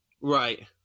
Right